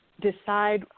decide